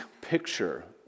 picture